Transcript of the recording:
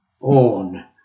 on